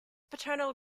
paternal